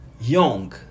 young